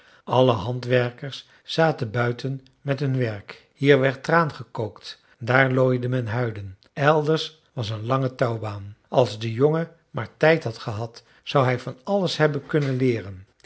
alle handwerkers zaten buiten met hun werk hier werd traan gekookt daar looide men huiden elders was een lange touwbaan als de jongen maar tijd had gehad zou hij van alles hebben kunnen leeren